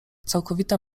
całkowita